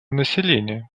населения